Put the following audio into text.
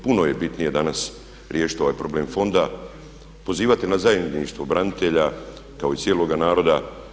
Puno je bitnije danas riješiti ovaj problem fonda, pozivati na zajedništvo branitelja kao i cijeloga naroda.